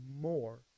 more